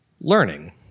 learning